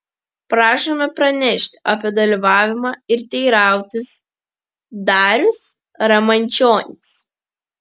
prašome pranešti apie dalyvavimą ir teirautis darius ramančionis